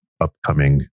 upcoming